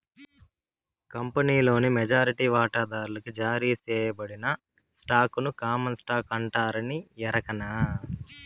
కంపినీలోని మెజారిటీ వాటాదార్లకి జారీ సేయబడిన స్టాకుని కామన్ స్టాకు అంటారని ఎరకనా